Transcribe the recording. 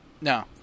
No